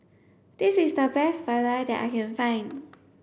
this is the best Vadai that I can find